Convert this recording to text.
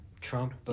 Trump